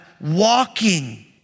walking